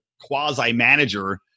quasi-manager